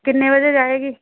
ਕਿੰਨੇ ਵਜੇ ਜਾਏਗੀ